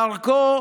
דרכו